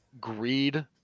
greed